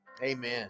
Amen